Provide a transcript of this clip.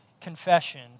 confession